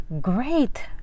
great